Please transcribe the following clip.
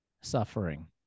suffering